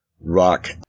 rock